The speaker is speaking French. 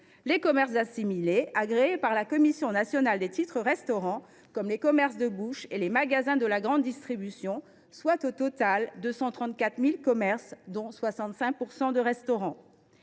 les commerces assimilés agréés par la Commission nationale des titres restaurant, comme les commerces de bouche et les magasins de la grande distribution, soit au total 234 000 commerces, dont 65 % de restaurants.